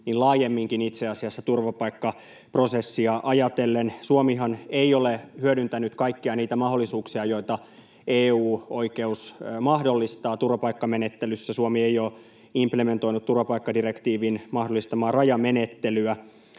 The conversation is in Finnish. laajemmin turvapaikkaprosessia ajatellen. Suomihan ei ole hyödyntänyt kaikkia niitä mahdollisuuksia, joita EU-oikeus mahdollistaa turvapaikkamenettelyssä. Suomi ei ole implementoinut turvapaikkadirektiivin mahdollistamaa rajamenettelyä,